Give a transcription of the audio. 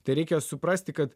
tai reikia suprasti kad